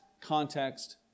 context